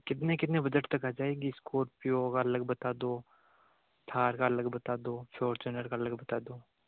कितने कितने बजट तक आ जाएँगी स्कॉर्पियो का अलग बता दो थार का अलग बता दो फोरचूनर का अलग बता दो